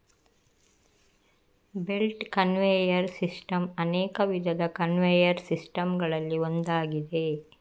belt conveyor system ಅನೇಕ ವಿಧದ conveyor system ಗಳಲ್ಲಿ ಒಂದಾಗಿದೆ